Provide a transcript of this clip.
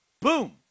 Boom